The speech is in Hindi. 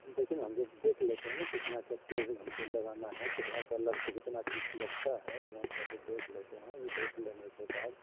देख लेंगे देख लेते हैं कितना कैसे यदि हमको लगाना है कितना क्या लगता है जितने पीस लगते हैं वहाँ चल के देख लेते हैं देख लेने के बाद